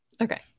Okay